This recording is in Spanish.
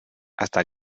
hasta